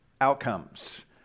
outcomes